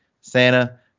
Santa